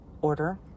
order